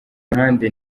ruhande